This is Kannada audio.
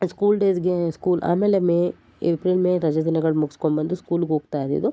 ಸ್ಕೂಲ್ ಡೇಸಿಗೆ ಸ್ಕೂಲ್ ಆಮೇಲೆ ಮೇ ಏಪ್ರಿಲ್ ಮೇ ರಜೆ ದಿನಗಳು ಮುಗಿಸ್ಕೊಂಬಂದು ಸ್ಕೂಲ್ಗೆ ಹೋಗ್ತಾಯಿದಿದು